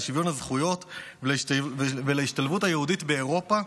לשוויון הזכויות ולהשתלבות היהודית באירופה,